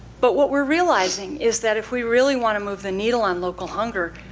but what we're realizing is that if we really want to move the needle on local hunger,